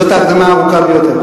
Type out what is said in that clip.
זאת ההקדמה הארוכה ביותר?